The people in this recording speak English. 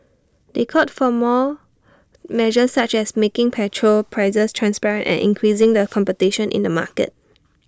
they called for more measures such as making petrol prices transparent and increasing the competition in the market